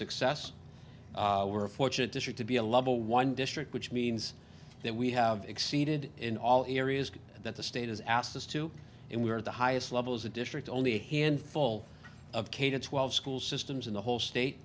success we're fortunate district to be a level one district which means that we have exceeded in all areas that the state has asked us to and we are at the highest levels of district only a handful of k to twelve school systems in the whole state